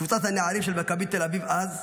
קבוצת הנערים של מכבי תל אביב אז,